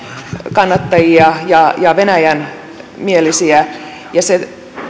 kannattajia ja ja venäjän mielisiä ja se